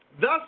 Thus